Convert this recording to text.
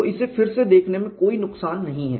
तो इसे फिर से देखने में कोई नुकसान नहीं है